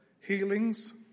healings